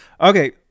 Okay